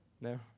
No